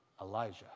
Elijah